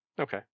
okay